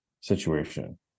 situation